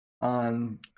on